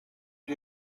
ubu